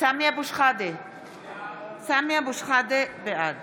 סמי אבו שחאדה, בעד